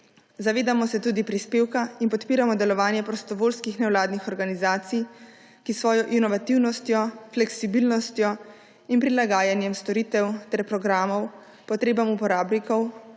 Zavedamo se tudi prispevka in podpiramo delovanje prostovoljskih nevladnih organizacij, ki s svojo inovativnostjo, fleksibilnostjo in prilaganjem storitev ter programov potrebam uporabnikov